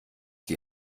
die